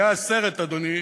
היה סרט, אדוני,